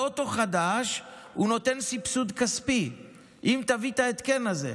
באוטו חדש הוא נותן סבסוד כספים אם תביא את ההתקן הזה,